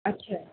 अच्छा